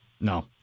No